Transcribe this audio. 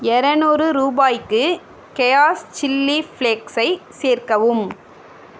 இரநூறு ரூபாய்க்கு chaos chilli ஃப்ளேக்ஸை சேர்க்கவும்